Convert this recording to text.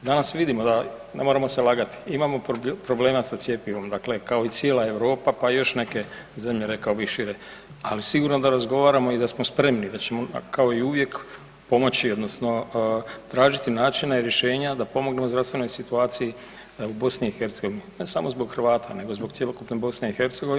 Danas vidimo da, ne moramo se lagati, imamo problema sa cjepivom kao i cijela Europa, pa i još neke zemlje rekao bi i šire ali sigurno da razgovaramo i da smo spremni, da ćemo kao i uvijek pomoć odnosno tražiti načina i rješenja da pomognu u zdravstvenoj situaciji u BiH, ne samo zbog Hrvata nego zbog cjelokupne BiH.